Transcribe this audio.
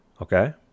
okay